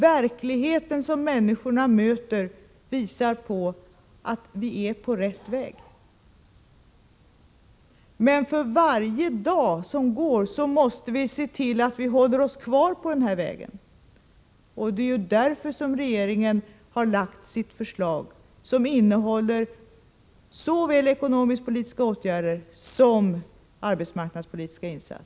Verkligheten som människorna möter visar att vi är på rätt väg. För varje dag som går måste vi se till att vi håller oss kvar på den vägen. Därför har regeringen lagt fram sitt förslag som innehåller såväl ekonomisk-politiska åtgärder som arbetsmarknadspolitiska insatser.